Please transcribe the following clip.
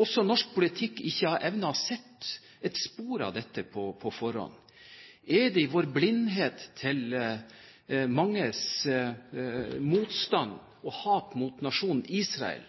også norsk politikk ikke har evnet å se et spor av dette på forhånd? Er det i vår blindhet til manges motstand og hat mot nasjonen Israel